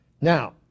Now